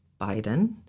Biden